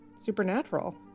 Supernatural